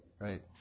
right